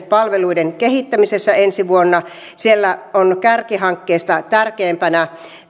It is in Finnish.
palveluiden kehittämisessä ensi vuonna siellä on kärkihankkeista tärkeimpänä